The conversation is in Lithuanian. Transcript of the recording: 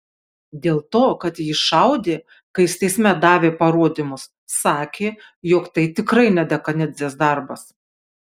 dėl to kad į jį šaudė kai jis teisme davė parodymus sakė jog tai tikrai ne dekanidzės darbas